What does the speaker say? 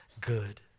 good